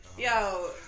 Yo